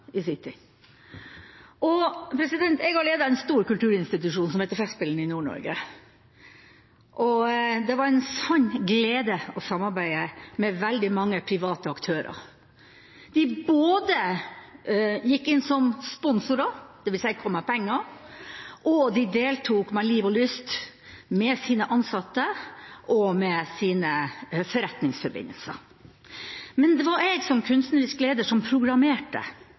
i sin tid. Jeg har ledet en stor kulturinstitusjon som heter Festspillene i Nord-Norge. Det var en sann glede å samarbeide med veldig mange private aktører. De gikk inn både som sponsorer, dvs. kom med penger, og de deltok med liv og lyst med sine ansatte og med sine forretningsforbindelser. Men det var jeg som kunstnerisk leder som programmerte